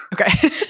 okay